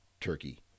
turkey